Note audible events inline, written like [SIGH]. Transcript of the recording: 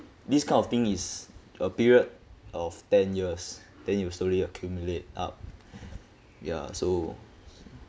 this kind of thing is a period of ten years then you slowly accumulate up [BREATH] ya so